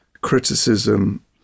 criticism